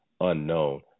unknown